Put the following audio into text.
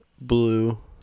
Blue